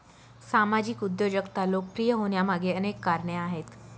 सामाजिक उद्योजकता लोकप्रिय होण्यामागे अनेक कारणे आहेत